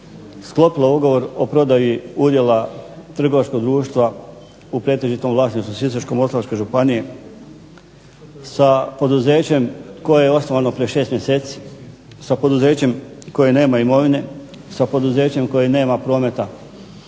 sklopila ugovor o prodaji udjela trgovačkog društva u pretežitom vlasništvu Sisačko-moslavačke županije sa poduzećem koje je osnovano prije šest mjeseci, sa poduzećem koje nema imovine, sa poduzećem koje nema prometa